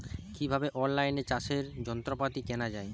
কিভাবে অন লাইনে চাষের যন্ত্রপাতি কেনা য়ায়?